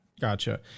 Gotcha